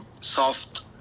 soft